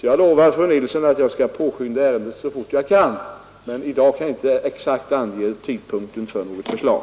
Jag lovar fru Nilsson i Sunne att jag skall påskynda ärendet så mycket jag kan, men jag kan inte i dag ange exakt tidpunkt för framläggande av förslag.